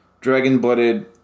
dragon-blooded